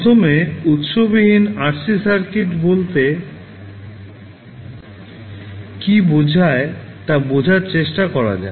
প্রথমে উৎসবিহীন RC circuit বলতে কী বোঝায় তা বোঝার চেষ্টা করা যাক